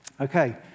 Okay